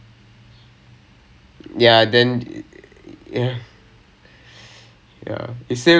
ever again that is not we have gone the opposite direction னு அர்த்தம்:nu artham so